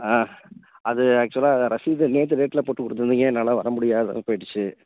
ஆ அது ஆக்ச்சுவலாக ரசீது நேற்று டேட்டில் போட்டுக் கொடுத்துருந்தீங்க என்னால வர முடியாதளவு போயிடுச்சு